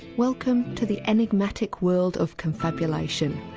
welcome to the enigmatic world of confabulation,